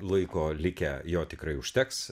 laiko likę jo tikrai užteks